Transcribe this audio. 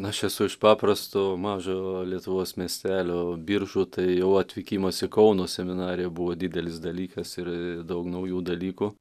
aš esu iš paprasto mažo lietuvos miestelio biržų tai jau atvykimas į kauno seminariją buvo didelis dalykas ir daug naujų dalykų